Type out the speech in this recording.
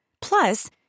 Plus